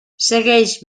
segueix